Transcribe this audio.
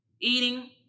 eating